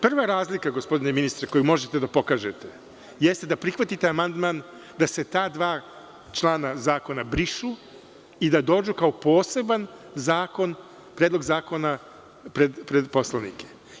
Prva razlika gospodine ministre, koju možete da pokažete jeste da prihvatite amandman da se ta dva člana zakona brišu i da dođu kao poseban predlog zakona pred poslanike.